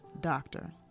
Doctor